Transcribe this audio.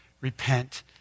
Repent